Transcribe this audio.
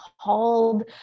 called